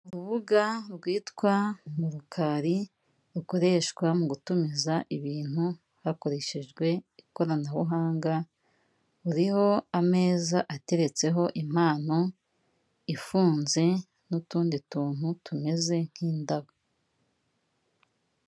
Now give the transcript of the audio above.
Urubuga rwitwa ''Murukari'' rukoreshwa mu gutumiza ibintu hakoreshejwe ikoranabuhanga, ruriho ameza ateretseho impano ifunze, n'utundi tuntu tumeze nk'indabo.